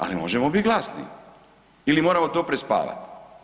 Ali možemo biti glasni ili moramo to prespavati?